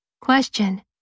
Question